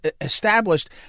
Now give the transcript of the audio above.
established